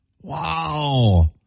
Wow